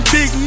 Big